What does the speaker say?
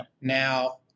Now